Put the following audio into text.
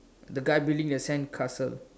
the guy building the sandcastle